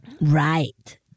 Right